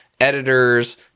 editors